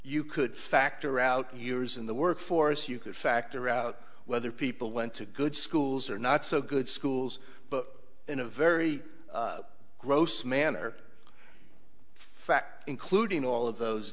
you could factor out years in the workforce you could factor out whether people went to good schools or not so good schools but in a very gross manner fact including all of those